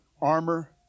armor